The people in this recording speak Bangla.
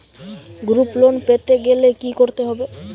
গ্রুপ লোন পেতে গেলে কি করতে হবে?